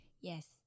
Yes